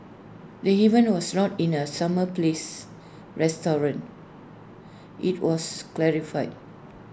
the event was not in the summer palace restaurant IT also clarified